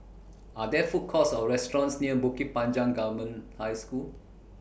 Are There Food Courts Or restaurants near Bukit Panjang Government High School